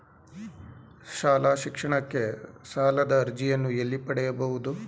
ಶಾಲಾ ಶಿಕ್ಷಣಕ್ಕೆ ಸಾಲದ ಅರ್ಜಿಯನ್ನು ಎಲ್ಲಿ ಪಡೆಯಬಹುದು?